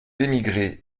émigrés